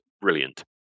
brilliant